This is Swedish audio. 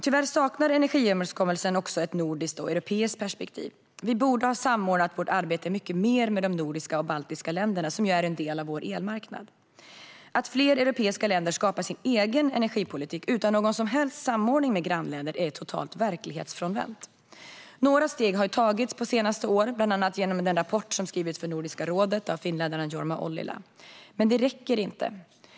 Tyvärr saknar energiöverenskommelsen också ett nordiskt och europeiskt perspektiv. Vi borde ha samordnat vårt arbete mycket mer med de nordiska och baltiska länderna, som ju är en del av vår elmarknad. Att fler europeiska länder skapar sin egen energipolitik utan någon som helst samordning med grannländer är totalt verklighetsfrånvänt. Några steg har tagits på senare år, bland annat genom den rapport som skrivits för Nordiska rådet av finländaren Jorma Ollila. Men det räcker inte.